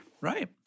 Right